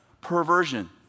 perversion